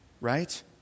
right